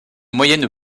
moyenne